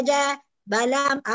Balam